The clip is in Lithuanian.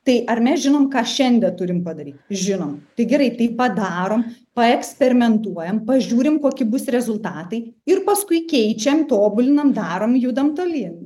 tai ar mes žinom ką šiandie turim padaryt žinom tai gerai tai padarom paeksperimentuojam pažiūrim kokie bus rezultatai ir paskui keičiam tobulinam darom judam tolyn